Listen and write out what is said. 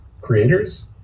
creators